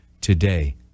today